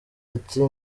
ati